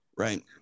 Right